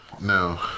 No